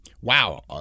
wow